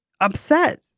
upset